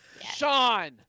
Sean